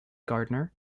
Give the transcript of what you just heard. gardner